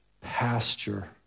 pasture